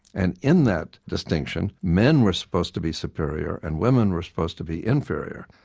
and in that distinction men were supposed to be superior and women were supposed to be inferior.